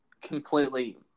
completely